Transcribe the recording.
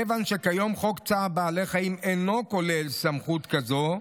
כיוון שכיום חוק צער בעלי חיים אינו כולל סמכות כזאת,